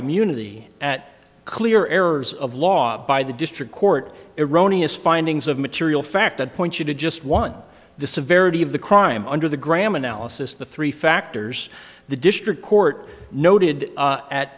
immunity at clear errors of law by the district court iranian's findings of material fact that point you to just want the severity of the crime under the graham analysis the three factors the district court noted